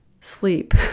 sleep